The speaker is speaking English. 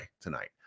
tonight